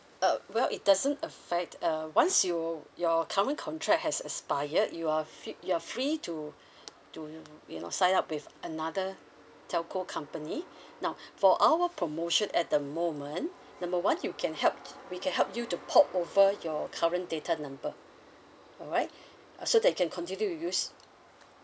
uh well it doesn't affect uh once you your current contract has expired you are fee you are free to to you you know sign up with another telco company now for our promotion at the moment number one you can help we can help you to port over your current data number all right uh so that you can continue to use